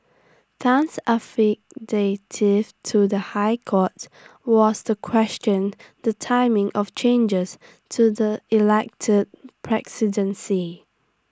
Tan's to the High Court was to question the timing of changes to the elected presidency